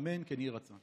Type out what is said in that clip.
אמן, כן יהי רצון.